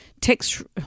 text